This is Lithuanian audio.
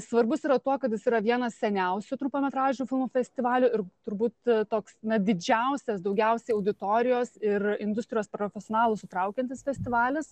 svarbus yra tuo kad jis yra vienas seniausių trumpametražių filmų festivalių ir turbūt toks didžiausias daugiausiai auditorijos ir industrijos profesionalų sutraukiantis festivalis